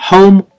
Home